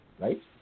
right